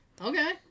Okay